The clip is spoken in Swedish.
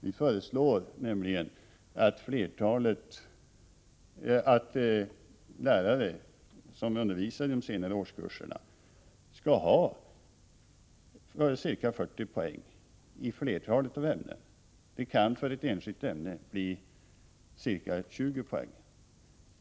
Vi föreslår nämligen att lärare som undervisar i de senare årskurserna har ca 40 poäng i flertalet ämnen. Det kan för ett enskilt ämne bli ca 20 poäng.